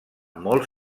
molt